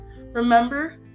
Remember